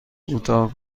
کوتاه